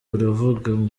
uravuga